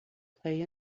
play